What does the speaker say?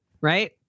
right